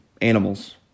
animals